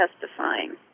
testifying